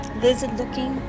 lizard-looking